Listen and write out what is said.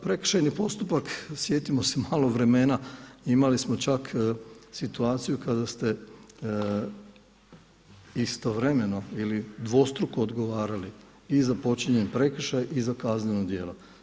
Prekršajni postupak, sjetimo se malo vremena, imali smo čak situaciju kada ste istovremeno ili dvostruko odgovarali i za počinjen prekršaj i za kazneno djelo.